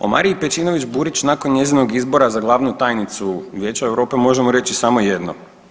O Mariji Pejčinović Burić nakon njezinog izbora za glavnu tajnicu Vijeća Europe možemo reći samo jedno…